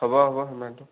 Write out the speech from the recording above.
হ'ব হ'ব সিমানটো